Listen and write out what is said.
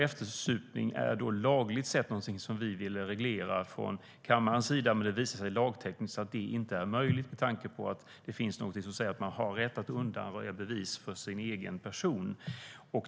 Eftersupning är något som vi vill lagreglera från kammarens sida, men det visar sig lagtekniskt att det inte är möjligt med tanke på att man har en rätt att undanröja bevis för sin egen person.